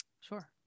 sure